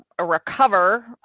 recover